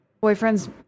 boyfriend's